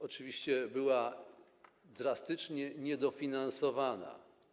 Oczywiście była drastycznie niedofinansowana.